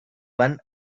van